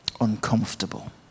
uncomfortable